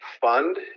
fund